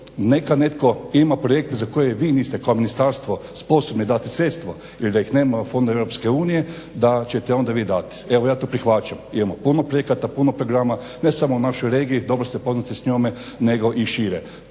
neka netko ima projekte za koje vi niste kao ministarstvo sposobni dati sredstva. Jer da ih nema u fondu EU da ćete onda vi dat. Evo, ja to prihvaćam. Imamo puno projekata, puno programa ne samo u našoj regiji. Dobro ste upoznati s njome, nego i šire.